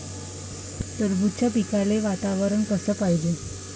टरबूजाच्या पिकाले वातावरन कस पायजे?